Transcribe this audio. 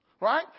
right